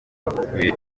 babukereye